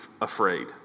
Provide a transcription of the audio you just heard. afraid